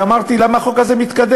ואמרתי: למה החוק הזה מתקדם?